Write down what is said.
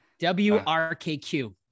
WRKQ